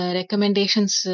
recommendations